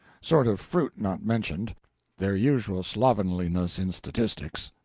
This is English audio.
sort of fruit not mentioned their usual slovenliness in statistics.